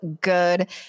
good